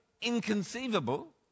inconceivable